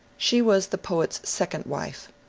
she was the poe't's second wife,